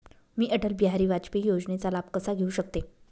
मी अटल बिहारी वाजपेयी योजनेचा लाभ कसा घेऊ शकते?